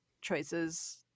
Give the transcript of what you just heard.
choices